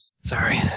Sorry